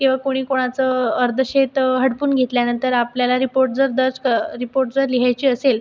किंवा कोणी कोणाचं अर्धं शेत हडपून घेतल्यानंतर जर आपल्याला रिपोर्ट जर दर्ज रिपोर्ट जर लिहायची असेल